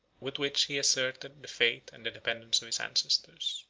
with which he asserted the faith and independence of his ancestors.